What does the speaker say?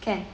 can